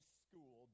school